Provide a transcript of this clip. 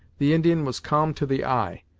the indian was calm to the eye,